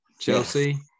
Chelsea